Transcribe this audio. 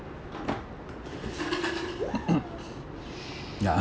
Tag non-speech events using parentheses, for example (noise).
(noise) ya